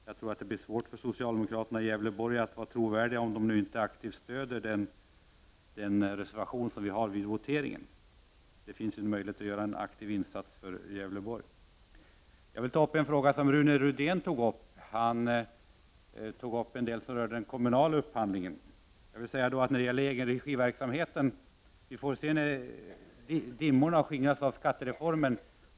Jag tror det blir svårt för socialdemokraterna i Gävleborg att framstå som trovärdiga, om de inte aktivt stöder vår reservation vid den kommande voteringen. Det finns ju möjlighet att göra en aktiv insats för Gävleborg. Rune Rydén berörde en del frågor kring den kommunala upphandlingen. Vi får se hur det går med egenregiverksamheten när dimmorna har skingrats kring skattereformen.